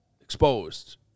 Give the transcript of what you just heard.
Exposed